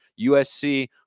USC